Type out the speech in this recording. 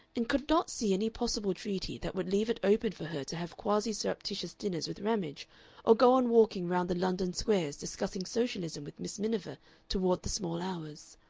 and could not see any possible treaty that would leave it open for her to have quasi-surreptitious dinners with ramage or go on walking round the london squares discussing socialism with miss miniver toward the small hours.